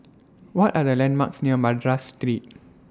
What Are The landmarks near Madras Street